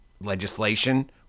legislation